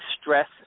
stress